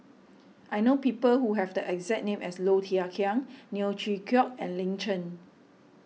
I know people who have the exact name as Low Thia Khiang Neo Chwee Kok and Lin Chen